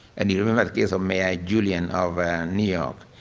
and you remember the case of mayor guliani of new york